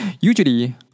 Usually